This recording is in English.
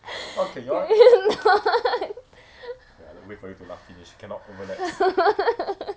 it is not